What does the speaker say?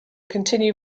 continue